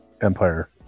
Empire